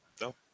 No